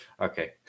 Okay